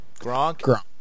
Gronk